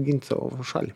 gint savo šalį